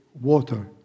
water